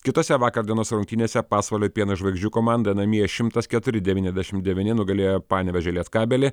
kitose vakar dienos rungtynėse pasvalio pieno žvaigždžių komanda namie šimtas keturi devyniasdešimt keturi devyniasdešimt devyni nugalėjo panevėžio lietkabelį